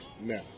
no